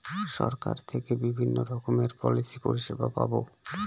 সরকার থেকে বিভিন্ন রকমের পলিসি পরিষেবা পাবো